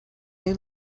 new